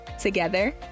Together